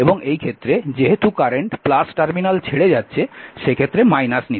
এবং এই ক্ষেত্রে যেহেতু কারেন্ট টার্মিনাল ছেড়ে যাচ্ছে সেক্ষেত্রে নিতে হবে